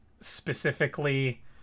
specifically